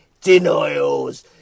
Denials